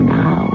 now